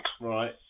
Right